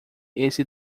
esse